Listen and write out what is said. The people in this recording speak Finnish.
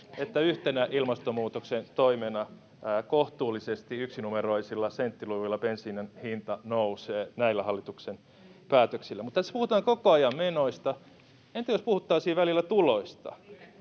että yhtenä ilmastonmuutoksen toimena kohtuullisesti yksinumeroisilla senttiluvuilla bensiinin hinta nousee näillä hallituksen päätöksillä. Mutta tässä puhutaan koko ajan menoista. Entä jos puhuttaisiin välillä tuloista?